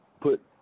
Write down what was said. put